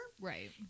right